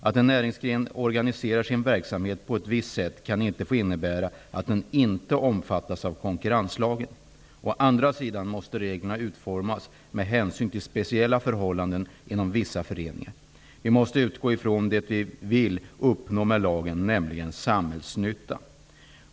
Att en näringsgren organiserar sin verksamhet på ett visst sätt kan inte få innebära att den inte omfattas av konkurrenslagen. Å andra sidan måste reglerna utformas med hänsyn till speciella förhållanden inom vissa ekonomiska föreningar. Vi måste utgå från det vi vill uppnå med lagen, nämligen samhällsnyttan.